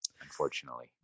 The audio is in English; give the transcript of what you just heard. Unfortunately